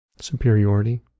Superiority